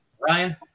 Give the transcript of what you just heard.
Ryan